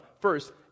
First